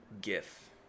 Gif